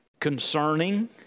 concerning